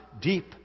deep